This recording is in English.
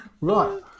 Right